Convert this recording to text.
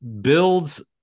builds